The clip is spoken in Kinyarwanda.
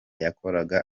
yakoraga